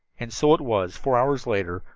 and so it was, four hours later,